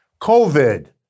COVID